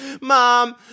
mom